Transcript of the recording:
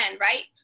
right